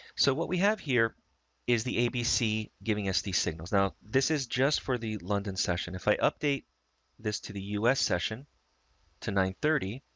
so what we have here is the abc giving us the signals. now, this is just for the london session. if i update this to the u s session to nine thirty,